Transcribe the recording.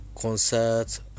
concerts